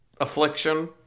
affliction